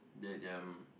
let them